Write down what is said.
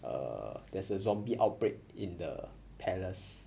err there's a zombie outbreak in the palace